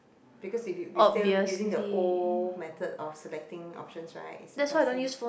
because if you we still using the old method of selecting options right is pressing